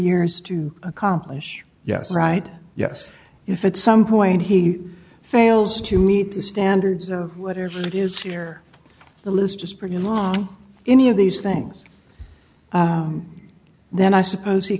years to accomplish yes right yes if it's some point he fails to meet the standards of what is it is here the list is pretty low any of these things then i suppose he